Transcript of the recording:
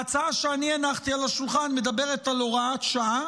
ההצעה שאני הנחתי על השולחן מדברת על הוראת שעה